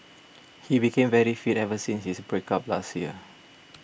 he became very fit ever since his break up last year